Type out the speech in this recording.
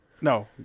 No